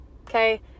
Okay